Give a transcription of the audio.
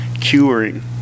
curing